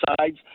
sides